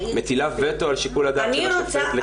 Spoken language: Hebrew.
מטילה וטו על שיקול הדעת של השופט לחייב את הטיפול.